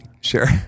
Sure